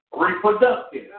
reproductive